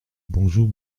bonjou